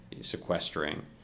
sequestering